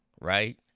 Right